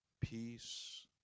peace